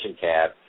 tab